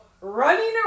running